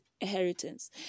inheritance